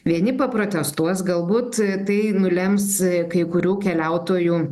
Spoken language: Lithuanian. vieni paprotestuos galbūt tai nulems kai kurių keliautojų